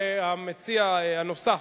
המציע הנוסף,